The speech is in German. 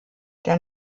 der